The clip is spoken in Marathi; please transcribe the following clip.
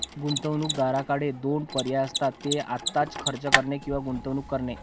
गुंतवणूकदाराकडे दोन पर्याय असतात, ते आत्ताच खर्च करणे किंवा गुंतवणूक करणे